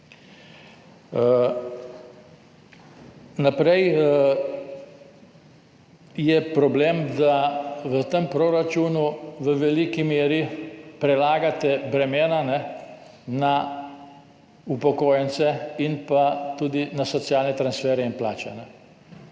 Naprej je problem, da v tem proračunu v veliki meri prelagate bremena na upokojence in pa tudi na socialne transferje in plače.